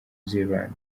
zealand